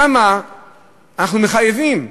שם אנחנו מחייבים.